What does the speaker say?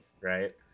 right